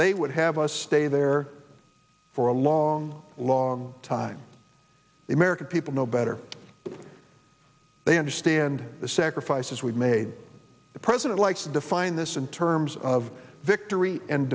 they would have us stay there for a long long time the american people know better they understand the sacrifices we've made the president likes to define this in terms of victory and